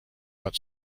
but